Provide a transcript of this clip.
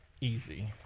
easy